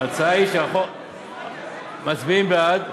ההצעה היא, מצביעים בעד,